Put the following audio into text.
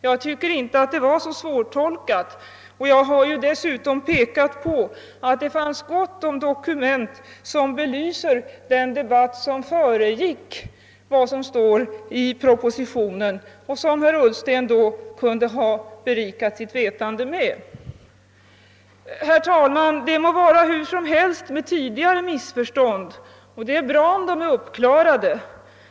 Jag tycker inte att det var så svårtolkat, och jag har dessutom pekat på att det fanns gott om dokument som belyser den debatt som föregick vad som står i propositionen och som herr Ullsten då kunde ha berikat sitt vetande med. Herr talman! Det må vara hur som helst med tidigare missförstånd — det är bra om de nu är uppklarade.